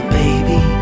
baby